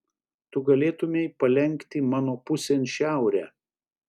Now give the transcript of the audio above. tu galėtumei palenkti mano pusėn šiaurę